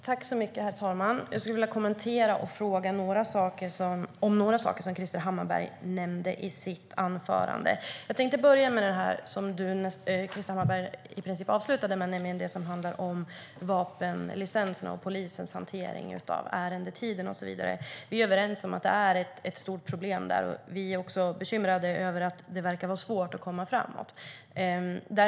Herr talman! Jag ska kommentera och fråga om några saker som Krister Hammarbergh nämnde i sitt anförande. Låt mig börja där Krister Hammarbergh slutade, med vapenlicenser, polisens hantering, ärendetiden och så vidare. Vi är överens med Moderaterna om att det är ett stort problem, och vi är också bekymrade över att det verkar vara svårt att komma framåt.